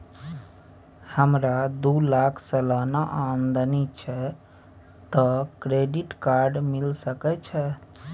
हमरा दू लाख सालाना आमदनी छै त क्रेडिट कार्ड मिल सके छै?